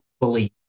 believe